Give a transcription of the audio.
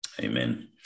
Amen